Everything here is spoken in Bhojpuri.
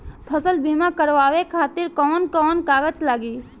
फसल बीमा करावे खातिर कवन कवन कागज लगी?